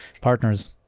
partners